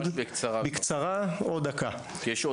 יש קשר ישיר בין בריאות הנפש לבין בריאות גופנית.